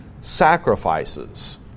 sacrifices